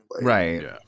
Right